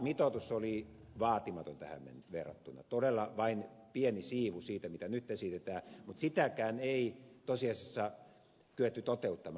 sen mitoitus oli vaatimaton tähän verrattuna todella vain pieni siivu siitä mitä nyt esitetään mutta sitäkään ei tosiasiassa kyetty toteuttamaan